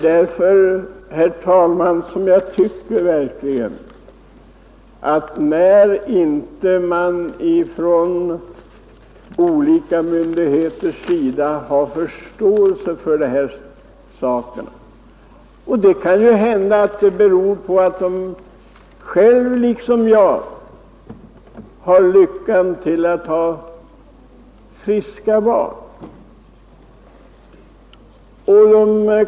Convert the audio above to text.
När man från olika myndigheters sida inte har förståelse för den här saken, kan det ju bero på att man, liksom jag, har lyckan av att ha friska barn.